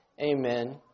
Amen